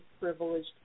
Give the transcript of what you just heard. privileged